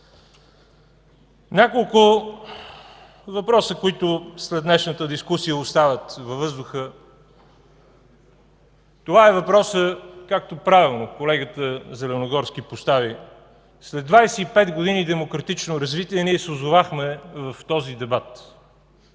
Няколко въпроса, които след днешната дискусия остават във въздуха. Това е въпросът, както правилно колегата Зеленогорски постави, след 25 години демократично развитие ние се озовахме в този дебат,